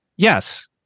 yes